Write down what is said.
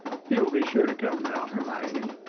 he will be sure to come now, hermione.